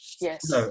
yes